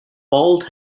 bald